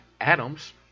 Adams